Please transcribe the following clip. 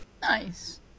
Nice